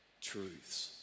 truths